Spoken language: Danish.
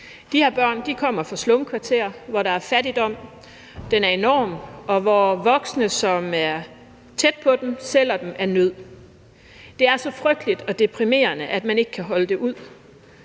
De her børn kommer fra slumkvarterer, hvor der er fattigdom – den er enorm – og hvor voksne, som er tæt på dem, sælger dem af nød. Det er så frygteligt og deprimerende, at man ikke kan holde det ud.